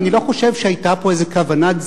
אני לא חושב שהיתה פה איזו כוונת זדון.